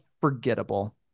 forgettable